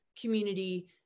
community